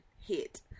hit